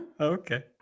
Okay